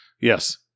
Yes